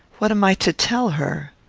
what am i to tell her?